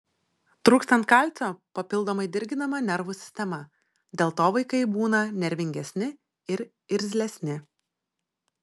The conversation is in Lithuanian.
trūkstant kalcio papildomai dirginama nervų sistema dėl to vaikai būna nervingesni ir irzlesni